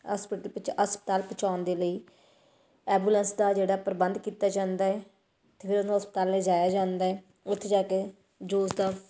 ਅਸਪਿਟ ਹਸਪਤਾਲ ਪਹੁੰਚਾਉਣ ਦੇ ਲਈ ਐਬੂਲੈਂਸ ਦਾ ਜਿਹੜਾ ਪ੍ਰਬੰਧ ਕੀਤਾ ਜਾਂਦਾ ਹੈ ਅਤੇ ਫਿਰ ਉਹਨੂੰ ਹਸਪਤਾਲ ਲੈ ਜਾਇਆ ਜਾਂਦਾ ਹੈ ਉੱਥੇ ਜਾ ਕੇ ਜੋ ਉਸ ਦਾ